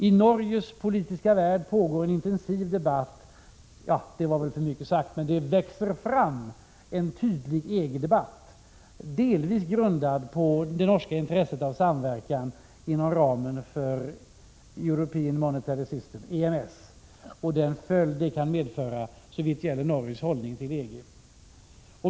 I Norges politiska värld pågår en intensiv EG-debatt — ja, det var väl för mycket sagt, men det växer fram en tydlig EG-debatt, delvis grundad på det norska intresset av samverkan inom ramen för European Monetary System, EMS, och den följd det kan få såvitt gäller Norges hållning till EG.